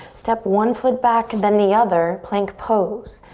step one foot back and then the other, plank pose.